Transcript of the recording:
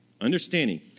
Understanding